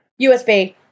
USB